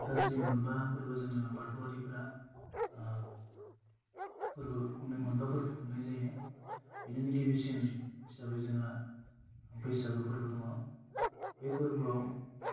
गासै मोनबा फोरबो जोङो बाथौआरिफ्रा फोरबो खुंनाय मोनबा फोरबो खुंनाय जायो बेनिनो गिबिसिन हिसाबै जोङो बैसागो फोरबो दङ बे फोरबोआव